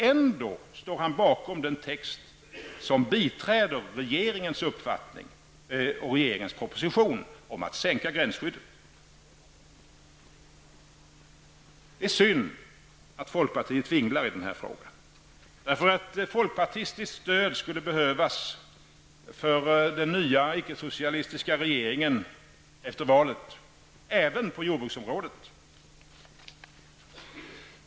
Ändå står han bakom den text som biträder regeringens proposition om att sänka gränsskyddet. Det är synd att folkpartiet vinglar i denna fråga. Ett folkpartistiskt stöd skulle behövas för den nya icke-socialistiska regeringen efter valet, även på jordbruksområdet.